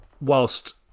whilst